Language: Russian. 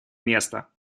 место